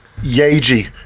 Yeji